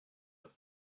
eux